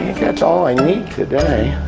that's all i need today,